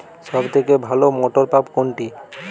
সবথেকে ভালো মটরপাম্প কোনটি?